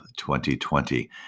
2020